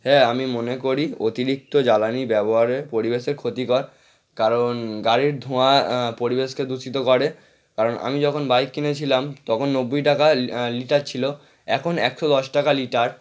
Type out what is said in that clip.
হ্যাঁ আমি মনে করি অতিরিক্ত জ্বালানি ব্যবহারে পরিবেশে ক্ষতিকর কারণ গাড়ির ধোঁয়া পরিবেশকে দূষিত করে কারণ আমি যখন বাইক কিনেছিলাম তখন নব্বই টাকা লি লিটার ছিল এখন একশো দশ টাকা লিটার